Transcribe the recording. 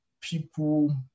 people